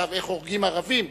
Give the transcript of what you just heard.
שכתב איך הורגים ערבים,